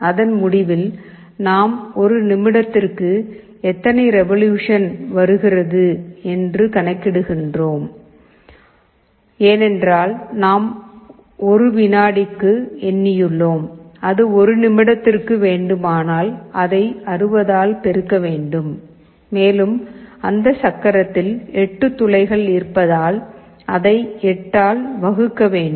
அதன் முடிவில் நாம் ஒரு நிமிடத்திற்கு எத்தனை ரெவொலுஷன் வருகிறது என்று கணக்கிடுகிறோம் ஏனென்றால் நாம் 1 வினாடிக்கு எண்ணியுள்ளோம் அது 1 நிமிடத்திற்கு வேண்டுமானால் அதை 60 ஆல் பெருக்க வேண்டும் மேலும் அந்த சக்கரத்தில் 8 துளைகள் இருப்பதால் அதை 8 ஆல் வகுக்க வேண்டும்